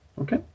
Okay